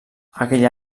aquell